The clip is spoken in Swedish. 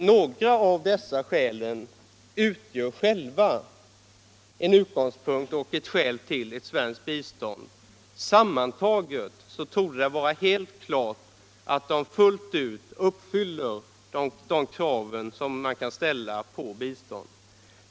Några av dessa skäl utgör själva en utgångspunkt och ett skäl för svenskt bistånd, och sammantaget torde det vara helt klart att de fullt ut motsvarar de krav man kan ställa för bistånd.